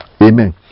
Amen